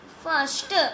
First